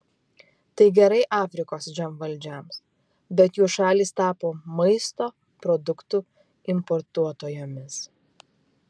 tai gerai afrikos žemvaldžiams bet jų šalys tapo maisto produktų importuotojomis